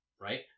right